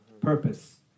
Purpose